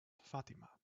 fatima